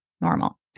normal